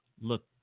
look